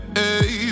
hey